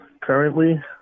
currently